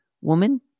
woman